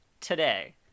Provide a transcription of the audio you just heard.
today